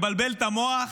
מבלבל את המוח,